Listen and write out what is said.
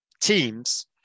teams